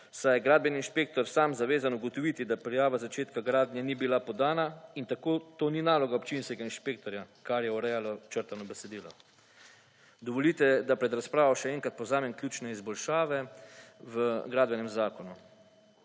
saj je gradbeni inšpektor sam zavezan ugotoviti, da prijava začetka gradnje ni bila podana in tako to ni naloga občinskega inšpektorja, kar je urejalo črtano besedilo. Dovolite, da pred razpravo še enkrat povzamem ključne izboljšave v gradbenem zakonu.